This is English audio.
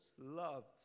loves